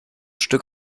stück